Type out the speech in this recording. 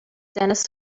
dennis